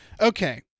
Okay